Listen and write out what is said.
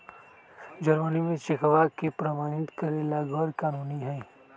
Germany में चेकवा के प्रमाणित करे ला गैर कानूनी हई